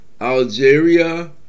Algeria